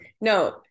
No